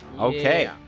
Okay